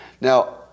Now